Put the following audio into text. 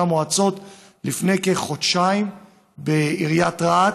המועצות לפני כחודשיים בעיריית רהט,